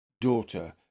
daughter